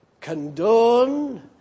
condone